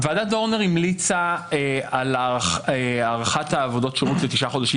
ועדת דורנר המליצה על הארכת עבודות שירות לתשעה חודשים,